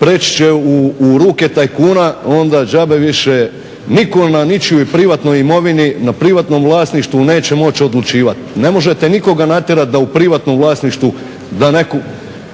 prijeći će u ruke tajkuna. Onda džabe više nitko na ničijoj privatnoj imovini, na privatnom vlasništvu neće moći odlučivati. Ne možete nikoga natjerati da u privatnom vlasništvu da netko